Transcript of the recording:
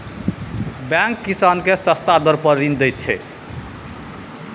bank किसान केँ सस्ता दर पर ऋण दैत छै